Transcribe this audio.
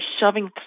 shoving